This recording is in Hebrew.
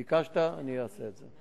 ביקשת, אני אעשה את זה.